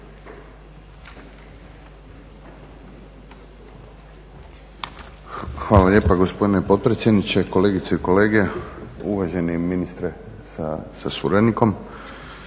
Hvala lijepa gospodine potpredsjedniče. Kolegice i kolege, uvaženi ministre sa suradnikom.